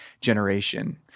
Generation